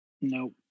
No